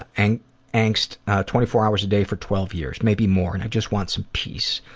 and angst twenty four hours a day for twelve years maybe more and i just want some peace.